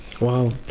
Wow